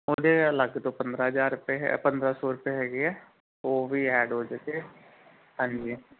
ਉਹਦੇ ਅਲੱਗ ਤੋਂ ਪੰਦਰਾਂ ਹਜ਼ਾਰ ਰੁਪਏ ਹੈ ਆ ਪੰਦਰਾਂ ਸੌ ਰੁਪਏ ਹੈਗੇ ਹੈ ਉਹ ਵੀ ਐਡ ਹੋ ਚੁੱਕੇ ਹਾਂਜੀ